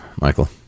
Michael